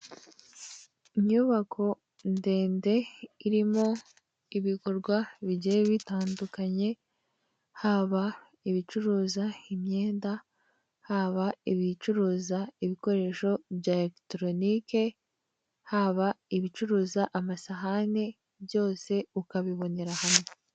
Inyubako ndende irimo ibikorwa bigiye bitandukanye haba ibicuruza imyenda, haba ibicuruza ibikoresho bya elegitoronike, haba ibicuruza amasahane byose ukabibonera hamwe.